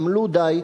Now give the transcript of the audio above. עמלו די,